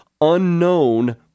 unknown